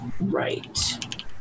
Right